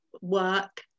work